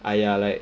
!aiya! like